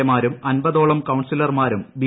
A മാരും അമ്പതോളം കൃഷ്ണ് സിലർമാരും ബി